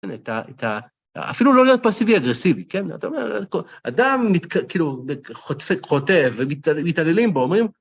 אפילו לא להיות פסיבי-אגרסיבי, כן? זאת אומרת, אדם כאילו חוטף ומתעללים בו, אומרים...